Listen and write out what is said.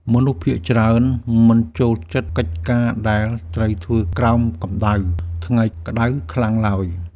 មនុស្សភាគច្រើនមិនចូលចិត្តកិច្ចការដែលត្រូវធ្វើក្រោមកម្តៅថ្ងៃក្តៅខ្លាំងឡើយ។